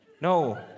No